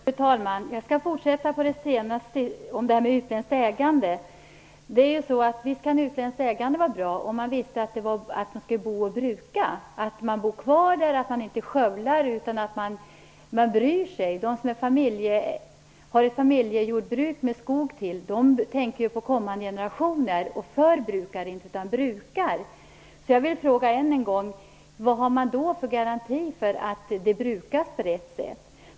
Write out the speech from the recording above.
Fru talman! Jag skall fortsätta med att tala om utländskt ägande. Visst kan utländskt ägande vara bra om man vet att det handlar om människor som bor kvar och brukar marken, som inte skövlar utan bryr sig. De som har ett familjejordbruk med tillhörande skog tänker på kommande generationer och förbrukar inte utan brukar. Därför vill jag än en gång fråga vad man har för garanti för att denna mark brukas på rätt sätt.